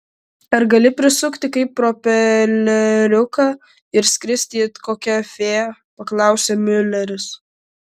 ar gali prisukti kaip propeleriuką ir skristi it kokia fėja paklausė miuleris